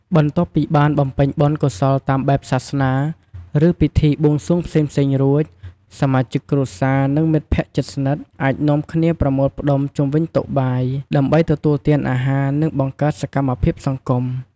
បន្ទាប់ពីបានបំពេញបុណ្យកុសលតាមបែបសាសនា ឬពិធីបួងសួងផ្សេងៗរួច សមាជិកគ្រួសារ និងមិត្តភក្តិជិតស្និទ្ធ អាចនាំគ្នាប្រមូលផ្តុំជុំវិញតុបាយ ដើម្បីទទួលទានអាហារ និងបង្កើតសកម្មភាពសង្គម។